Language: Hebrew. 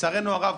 לצערנו הרב,